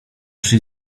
szli